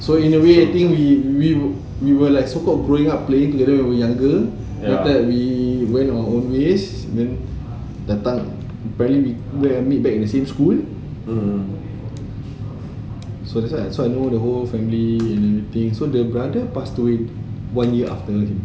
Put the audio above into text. so in a way I think we we were like we were so called growing up playing together when younger after that we went our own ways then dah tak apparently we meet back in the same school so that's why I know the whole family so the brother passed away one year after